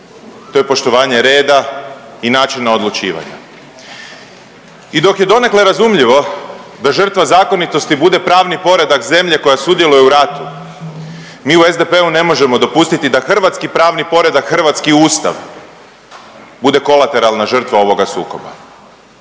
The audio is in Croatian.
to je poštovanje reda i načina odlučivanja. I dok je donekle razumljivo da žrtva zakonitosti bude pravni poredak zemlje koja sudjeluje u ratu, mi u SDP-u ne možemo dopustiti da hrvatski pravni poredak, hrvatski ustav bude kolateralna žrtva ovoga sukoba.